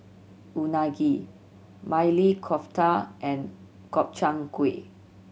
Unagi Maili Kofta and Gobchang Gui